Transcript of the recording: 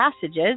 passages